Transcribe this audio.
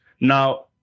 Now